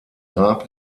grab